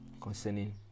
concerning